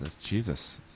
Jesus